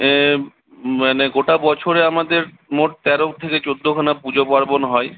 মানে গোটা বছরে আমাদের মোট তেরো থেকে চোদ্দোখানা পূজোপার্বণ হয়